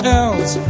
else